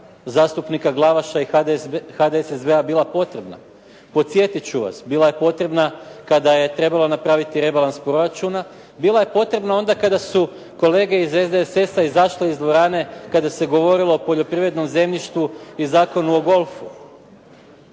zastupnika Glavaša i HDSSB-a bila potrebna. Podsjetit ću vas. Bila je potrebna kada je trebalo napraviti rebalans proračuna, bila je potrebna onda kada su kolege iz SDSS-a izašli iz dvorane kada se govorilo o poljoprivrednom zemljištu i Zakonu o golfu.